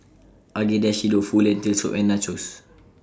Agedashi Dofu Lentil Soup and Nachos